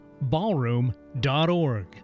ballroom.org